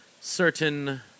Certain